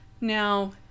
now